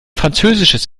französisches